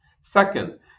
Second